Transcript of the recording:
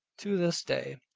to this day.